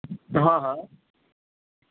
હહ